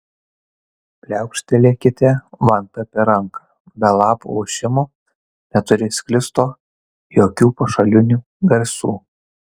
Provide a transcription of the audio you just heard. pliaukštelėkite vanta per ranką be lapų ošimo neturi sklisto jokių pašalinių garsų